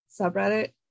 subreddit